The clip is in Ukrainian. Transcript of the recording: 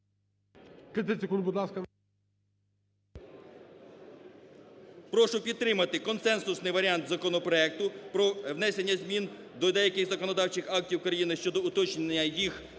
Прошу підтримати консенсусний варіант законопроекту про внесення змін до деяких законодавчих актів України щодо уточнення їх окремих